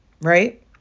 right